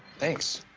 thanks.